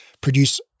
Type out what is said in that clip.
produce